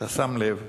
אתה שם לב,